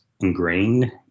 ingrained